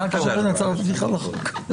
מה הקשר בין הצהרות פתיחה לחוק?